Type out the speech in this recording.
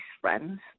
friends